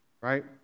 right